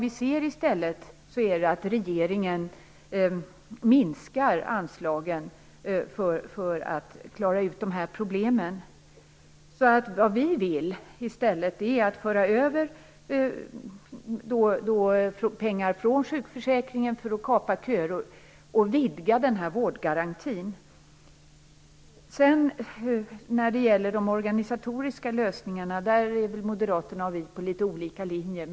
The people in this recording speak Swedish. I stället ser vi att regeringen minskar anslagen för att klara av de här problemen. Vi vill att man för över pengar från sjukförsäkringen för att kapa köer och vidga vårdgarantin. När det gäller de organisatoriska lösningarna har Moderaterna och Folkpartiet litet olika linjer.